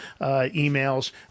emails